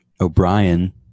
O'Brien